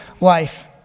life